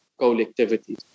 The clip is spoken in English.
collectivities